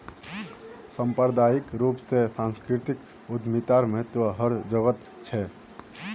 सांप्रदायिक रूप स सांस्कृतिक उद्यमितार महत्व हर जघट छेक